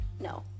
No